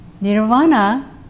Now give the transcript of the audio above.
Nirvana